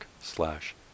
slash